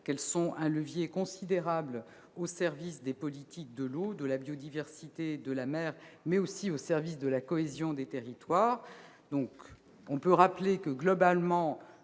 qu'elles sont un levier considérable au service des politiques de l'eau, de la biodiversité, de la mer, mais aussi de la cohésion des territoires. Je rappelle aussi